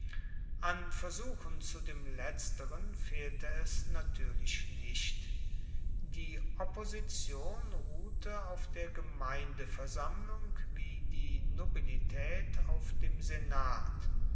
an versuchen zu dem letzteren fehlte es natuerlich nicht die opposition ruhte auf der gemeindeversammlung wie die nobilitaet auf dem senat